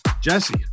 Jesse